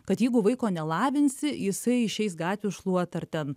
kad jeigu vaiko nelavinsi jisai išeis gatvių šluot ar ten